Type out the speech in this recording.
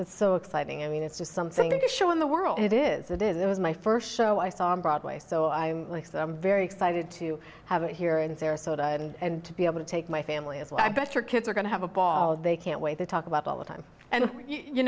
it's so exciting i mean it's just something to show in the world it is it is it was my first show i saw broadway so i'm very excited to have it here in sarasota and to be able to take my family as well i bet your kids are going to have a ball they can't wait to talk about all the time and you